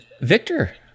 Victor